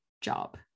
job